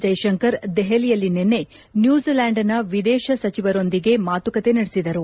ಜೈಶಂಕರ್ ದೆಹಲಿಯಲ್ಲಿ ನಿನ್ನೆ ನ್ಯೂಜಿಲ್ಯಾಂಡ್ನ ವಿದೇಶ ಸಚಿವರೊಂದಿಗೆ ಮಾತುಕತೆ ನಡೆಸಿದರು